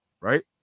Right